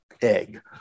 egg